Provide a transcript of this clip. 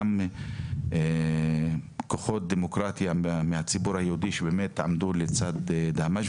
גם כוחות דמוקרטיה מהציבור היהודי שבאמת עמדו לצד דהמש.